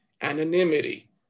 anonymity